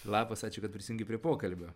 labas ačiū kad prisijungei prie pokalbio